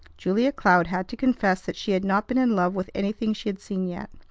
julia cloud had to confess that she had not been in love with anything she had seen yet.